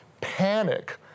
panic